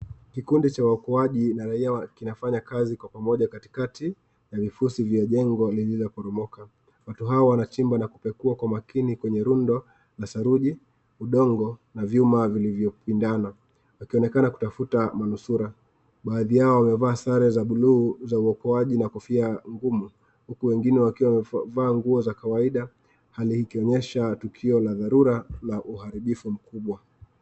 Kikundi cha waokoaji na raia kinafanya kazi kwa pamoja katikati ya vifusi vya jengo lililoporomoka. Watu hao wanachimba na kupekua kwa makini kwenye rundo la saruji, udongo na vyuma vilivyopindana, wakionekana kutafuta manusura. Baadhi yao wamevaa sare za blue za uokoaji na kofia ngumu, huku wengine wakiwa wamevaa nguo za kawaida, hali ikionyesha tukio la dharura na uharibifu mkubwa.